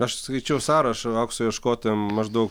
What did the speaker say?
aš skaičiau sąrašą aukso ieškotojam maždau